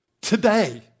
Today